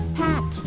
pat